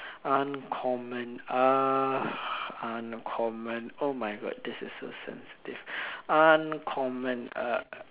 uncommon uh uncommon oh my-god this is so sensitive uncommon uh